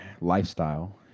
lifestyle